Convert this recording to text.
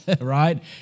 right